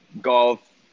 golf